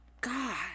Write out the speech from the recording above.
God